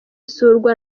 isurwa